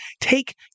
take